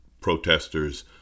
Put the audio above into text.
protesters